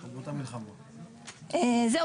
זהו.